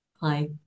Hi